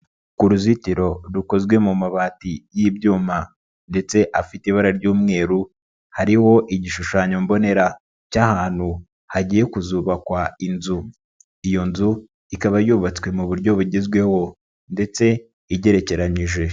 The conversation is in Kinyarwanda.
Ku ruzitiro rukozwe mu mabati y'ibyuma ndetse afite ibara ry'umweru, hariho igishushanyo mbonera cy'ahantu hagiye kuzubakwa inzu, iyo nzu ikaba yubatswe mu buryo bugezweho ndetse igerekeranyije.